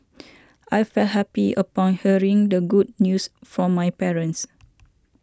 I felt happy upon hearing the good news from my parents